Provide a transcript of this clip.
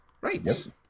Right